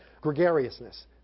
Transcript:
Gregariousness